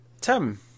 Tim